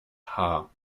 haar